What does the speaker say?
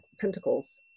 Pentacles